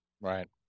Right